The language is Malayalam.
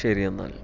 ശരി എന്നാൽ